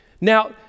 Now